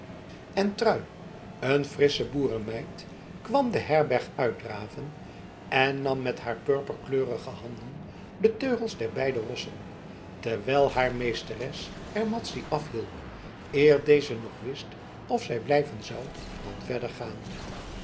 en trui een frissche boerenmeid kwam de herberg uitdraven en nam met haar purperkleurige handen de teugels der beide rossen terwijl haar meesteres er madzy afhielp eer deze nog wist of zij blijven zou dan verder gaan